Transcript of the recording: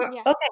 okay